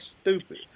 stupid